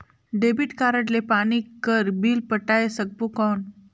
Debit card ले पानी कर बिल पटाय सकबो कौन?